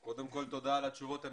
קודם כל תודה על התשובות המהירות.